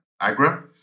AGRA